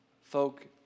Folk